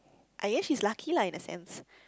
I guess she's lucky lah in a sense